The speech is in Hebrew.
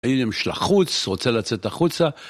עלם שלחוץ, רוצה לצאת החוצה